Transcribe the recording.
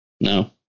No